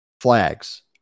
flags